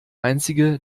einzige